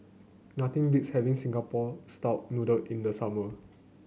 nothing beats having Singapore style noodle in the summer